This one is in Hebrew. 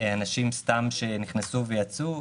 אנשים שסתם נכנסו ויצאו.